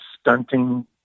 stunting